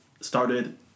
Started